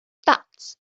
that